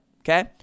Okay